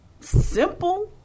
simple